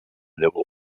llavor